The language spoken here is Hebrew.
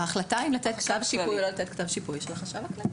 ההחלטה אם לתת כתב שיפוי או לא לתת היא של החשב הכללי.